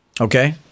Okay